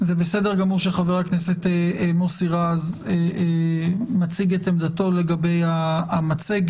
זה בסדר גמור שחבר הכנסת מוסי רז מציג את עמדתו לגבי המצגת.